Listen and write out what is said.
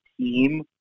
team